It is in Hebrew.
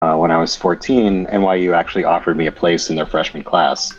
כשהייתי 14, NYU בעצם הציעה לי מקום לתואר ראשון.